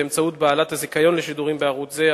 באמצעות בעלת הזיכיון לשידורים בערוץ זה,